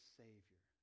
savior